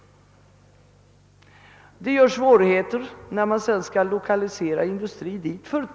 Detta medför svårigheter när industrier sedan skall lokaliseras till de områdena.